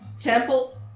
temple